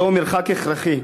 זהו מרחק הכרחי.